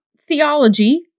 theology